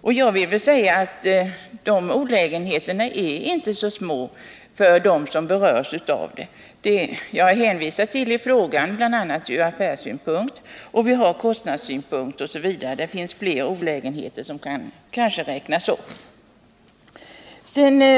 För min del vill jag understryka att dessa olägenheter inte är så små för de människor som berörs. I frågan har jag framhållit att det finns problem från bl.a. affärsoch kostnadssynpunkt. Det kan kanske räknas upp ännu fler problemområden.